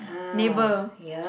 neighbour